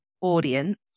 audience